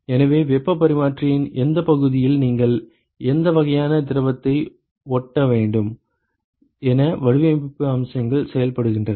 எனவே வெப்பப் பரிமாற்றியின் எந்தப் பகுதியில் நீங்கள் எந்த வகையான திரவத்தை ஓட்ட வேண்டும் என வடிவமைப்பு அம்சங்கள் செயல்படுகின்றன